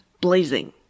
blazing